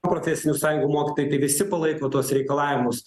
profesinių sąjungų mokytojai tai visi palaiko tuos reikalavimus